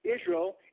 Israel